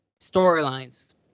storylines